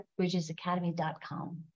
BridgesAcademy.com